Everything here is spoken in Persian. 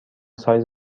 سایز